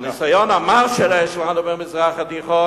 מהניסיון המר שלנו במזרח התיכון,